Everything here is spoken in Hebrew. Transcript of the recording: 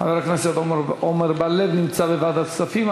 חבר הכנסת עמר בר-לב, נמצא בוועדת כספים.